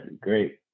Great